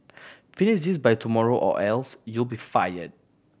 finish this by tomorrow or else you be fire